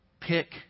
pick